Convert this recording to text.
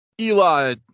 Eli